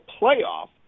playoff